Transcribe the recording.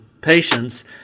patients